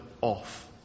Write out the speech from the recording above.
off